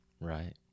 Right